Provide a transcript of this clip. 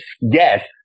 Yes